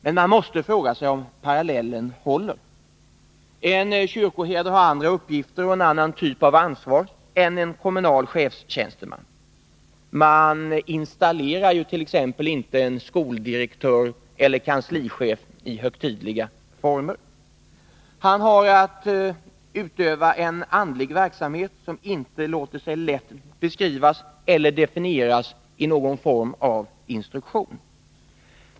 Men man måste fråga sig om parallellen verkligen håller. En kyrkoherde har andra uppgifter och en annan typ av ansvar än en kommunal chefstjänsteman. Man installerar ju inte t.ex. en skoldirektör eller en kanslichef under högtidliga former. Kyrkoherden har att utöva en andlig verksamhet, som inte låter sig lätt beskrivas eller definieras i någon instruktion.